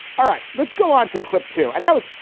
all right. let's go on to clip two and notes.